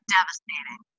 devastating